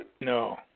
No